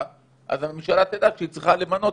אז הממשלה תדע שהיא צריכה למנות,